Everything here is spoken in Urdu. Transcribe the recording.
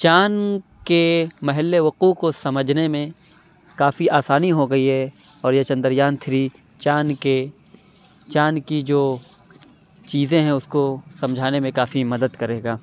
چاند کے محل وقوع کو سمجھنے میں کافی آسانی ہو گئی ہے اور یہ چندریان تھری چاند کے چاند کی جو چیزیں ہیں اُس کو سمجھانے میں کافی مدد کرے گا